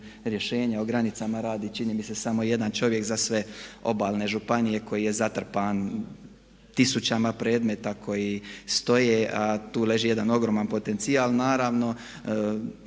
o granicama radi, čini mi se, samo jedan čovjek za sve obalne županije koji je zatrpan tisućama predmeta koji stoje a tu leži jedan ogroman potencijal. Naravno